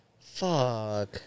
Fuck